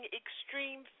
extreme